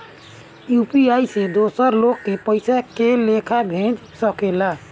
UPI से दोसर लोग के पइसा के लेखा भेज सकेला?